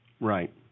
Right